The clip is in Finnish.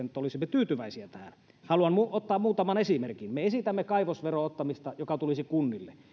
että olisimme tyytyväisiä tähän haluan ottaa muutaman esimerkin me esitämme kaivosveron ottamista joka tulisi kunnille